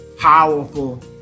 powerful